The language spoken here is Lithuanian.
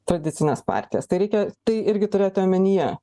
tradicines partijas tai reikia tai irgi turėti omenyje